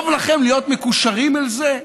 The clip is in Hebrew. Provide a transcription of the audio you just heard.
טוב לכם להיות מקושרים אל זה?